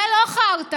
זה לא חרטא,